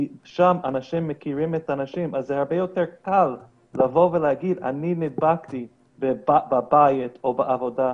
כי שם אנשים מכירים אנשים והרבה יותר קל להגיד: נדבקתי בבית או בעבודה,